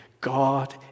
God